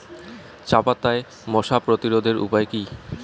চাপাতায় মশা প্রতিরোধের উপায় কি?